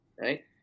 right